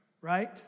right